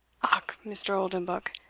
ach, mr. oldenbuck,